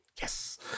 yes